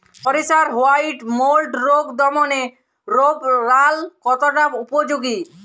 সরিষার white mould রোগ দমনে রোভরাল কতটা উপযোগী?